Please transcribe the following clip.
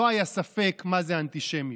לא היה ספק מה זאת אנטישמיות.